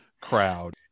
crowd